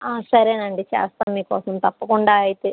సరేనండి చేస్తాం మీకోసం తప్పకుండా అయితే